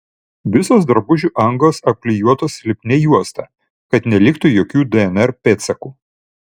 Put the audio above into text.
visos drabužių angos apklijuotos lipnia juosta kad neliktų jokių dnr pėdsakų